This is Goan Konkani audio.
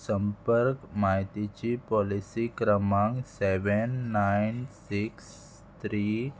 संपर्क म्हायतीची पॉलिसी क्रमांक सेवेन नायन सिक्स थ्री